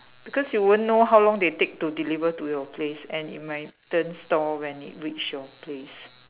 because you won't know how long they take to deliver to your place and it might turn store when it reach your place